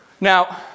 Now